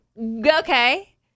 Okay